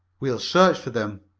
we'll search for them.